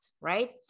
right